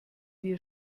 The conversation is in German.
wir